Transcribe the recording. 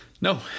No